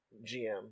gm